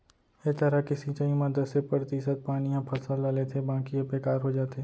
ए तरह के सिंचई म दसे परतिसत पानी ह फसल ल लेथे बाकी ह बेकार हो जाथे